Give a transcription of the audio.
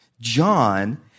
John